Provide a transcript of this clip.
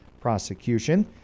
prosecution